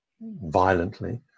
violently